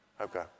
Okay